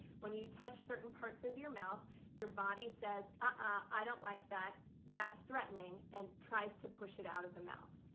when you touch certain parts of your mouth your body says i don't like that. that's threatening and tries to push it out of the mouth.